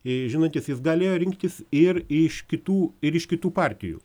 žinantis jis galėjo rinktis ir iš kitų ir iš kitų partijų